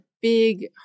big